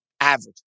average